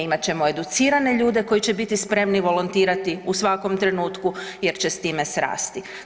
Imat ćemo educirane ljude koji će biti spremni volontirati u svakom trenutku jer će s time srasti.